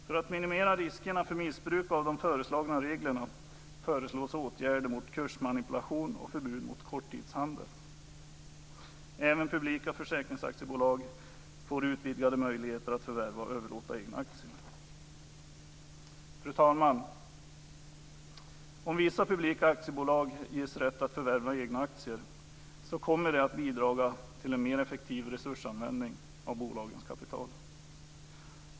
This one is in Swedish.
För att minimera riskerna för missbruk av de föreslagna reglerna föreslås åtgärder mot kursmanipulation och förbud mot korttidshandel. Även publika försäkringsaktiebolag får utvidgade möjligheter att förvärva och överlåta egna aktier. Fru talman! Om vissa publika aktiebolag ges rätt att förvärva egna aktier kommer det att bidra till en mer effektiv resursanvändning av bolagens kapital.